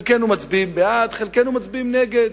חלקנו מצביעים בעד, חלקנו מצביעים נגד,